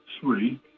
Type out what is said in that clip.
three